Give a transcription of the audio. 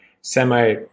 semi